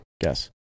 Guess